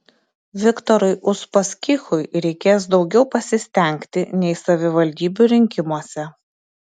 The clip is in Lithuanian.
viktorui uspaskichui reikės daugiau pasistengti nei savivaldybių rinkimuose